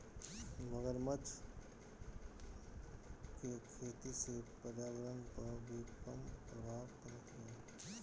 मगरमच्छ के खेती से पर्यावरण पअ भी कम प्रभाव पड़त हवे